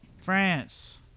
France